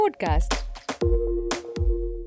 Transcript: Podcast